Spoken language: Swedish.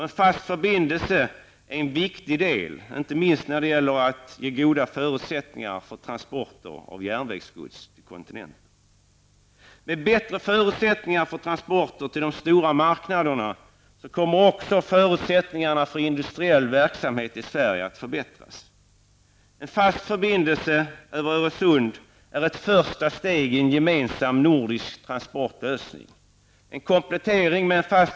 En fast förbindelse är därvid en viktig del, inte minst när det gäller att ge goda förutsättningar för transporter av järnvägsgods till kontinenten. Med bättre förutsättningar för transporter till de stora marknaderna kommer också förutsättningarna för industriell verksamhet i Sverige att förbättras. En fast förbindelse är ett första steg i en gemensam nordisk transportlösning.